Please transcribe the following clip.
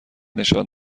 نشان